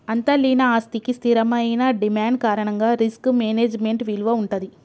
అంతర్లీన ఆస్తికి స్థిరమైన డిమాండ్ కారణంగా రిస్క్ మేనేజ్మెంట్ విలువ వుంటది